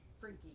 freaky